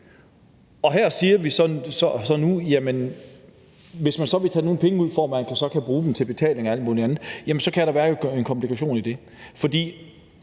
Her siger vi så nu: Hvis man så vil tage nogle af de penge ud, for at man kan bruge dem til betaling af alt muligt, kan der være en komplikation i det.